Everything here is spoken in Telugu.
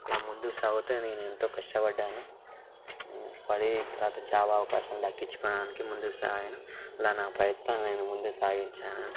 అలాగా ముందుకు సాగుతూ నేను ఎంతో కష్టపడ్డాను పడి తరవాత జాబ్ అవకాశం దక్కించుకోవడానికి ముందుకు సాగాను అలా నా ప్రయత్నాన్ని ముందుకు సాగించాను